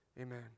amen